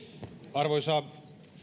arvoisa